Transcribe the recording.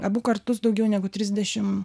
abu kartus daugiau negu trisdešimt